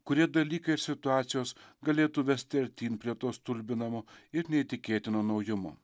kurie dalykai ir situacijos galėtų vesti artyn prie to stulbinamo ir neįtikėtino naujumo